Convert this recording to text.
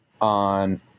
on